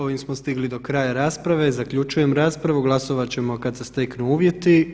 Ovim smo stigli do kraja rasprave, zaključujem raspravu, glasovat ćemo kad se steknu uvjeti.